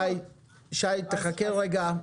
שי, חכה רגע.